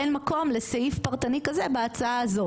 אין מקום לסעיף פרטני כזה בהצעה הזאת,